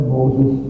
Moses